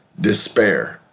despair